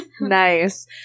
Nice